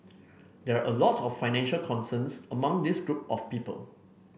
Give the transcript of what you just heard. there are a lot of financial concerns among this group of people